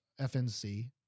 FNC